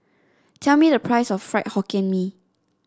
tell me the price of Fried Hokkien Mee